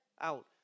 out